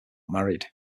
married